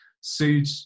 sued